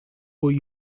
will